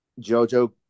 Jojo